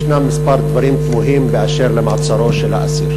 יש כמה דברים תמוהים באשר למעצרו של האסיר: